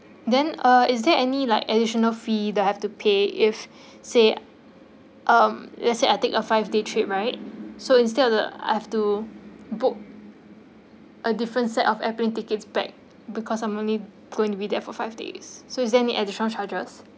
then uh is there any like additional fee that I'll have to pay if say um let's say I take a five day trip right so instead of the I have to book a different set of airplane tickets back because I'm only going to be there for five days so is there any additional charges